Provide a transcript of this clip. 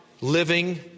living